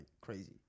crazy